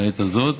לעת הזאת,